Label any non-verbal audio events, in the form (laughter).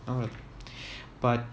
(laughs) but